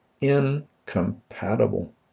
incompatible